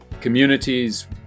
Communities